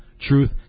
Truth